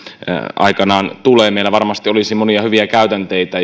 aikanaan tulee meillä varmasti olisi monia hyviä käytänteitä